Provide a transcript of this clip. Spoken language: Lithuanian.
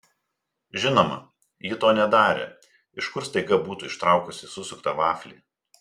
žinoma ji to nedarė iš kur staiga būtų ištraukusi susuktą vaflį